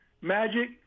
Magic